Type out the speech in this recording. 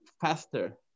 faster